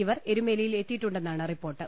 ഇവർ എരുമേലിയിൽ എത്തിയിട്ടുണ്ടെന്നാണ് റിപ്പോർട്ട്